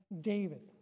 David